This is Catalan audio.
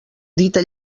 dita